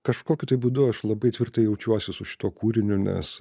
kažkokiu tai būdu aš labai tvirtai jaučiuosi su šituo kūriniu nes